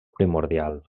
primordial